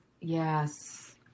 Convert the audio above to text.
Yes